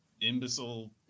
imbecile